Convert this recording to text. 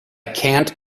can’t